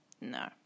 No